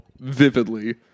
vividly